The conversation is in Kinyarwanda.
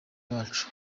bacu